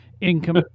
income